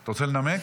אתה רוצה לנמק?